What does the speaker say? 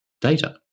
data